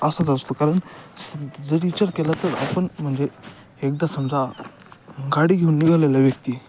असाच असतो कारण जर विचार केला तर आपण म्हणजे एकदा समजा गाडी घेऊन निघालेल्या व्यक्ती